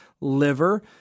liver